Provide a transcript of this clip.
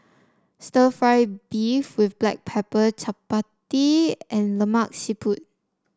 stir fry beef with Black Pepper Chappati and Lemak Siput